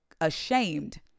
ashamed